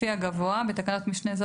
לפי הגבוה (בתקנת משנה זו,